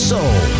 Soul